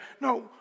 No